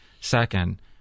Second